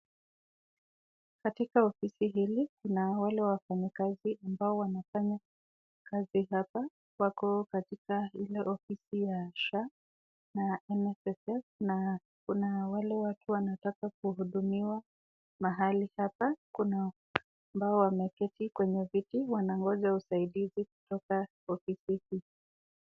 Katika ofisi hili kuna wale wafanyikazi ambao wanafanya kazi hapa . Wako katika ile ofisi ya SHA na NSSF na kuna wale watu wanataka kuhudumiwa mahali hapa . Kuna ambao wameketi kwenye viti wanangoja usaidizi kutoka ofisi hizi.